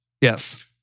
Yes